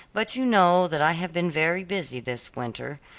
but you know that i have been very busy this winter.